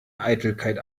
eitelkeit